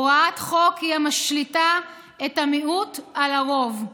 הוראת חוק היא המשליטה את המיעוט על הרוב,